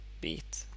beat